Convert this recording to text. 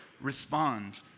respond